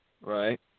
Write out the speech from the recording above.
right